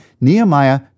Nehemiah